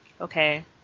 okay